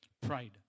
Pride